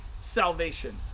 salvation